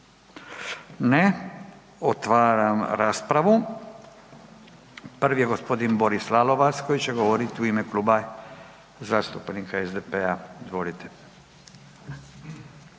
Ne. Otvaram raspravu, prvi je g. Boris Lalovac koji će govorit u ime Kluba zastupnika SDP-a, izvolite.